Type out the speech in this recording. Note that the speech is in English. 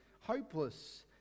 hopeless